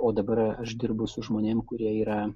o dabar aš dirbu su žmonėm kurie yra